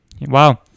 wow